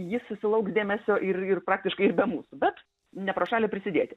ji susilauks dėmesio ir ir praktiškai ir be mūsų bet ne pro šalį prisidėti